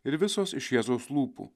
ir visos iš jėzaus lūpų